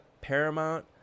Paramount